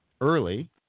early